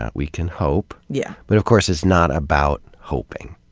ah we can hope, yeah but of course it's not about hoping.